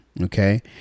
okay